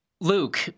Luke